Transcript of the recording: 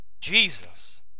Jesus